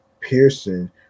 Pearson